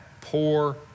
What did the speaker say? poor